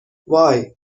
وای